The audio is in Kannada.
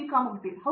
ಕಾಮಕೋಟಿ ಹೌದು